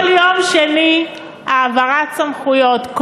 כל יום שני, העברת סמכויות.